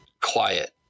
quiet